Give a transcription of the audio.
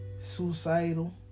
suicidal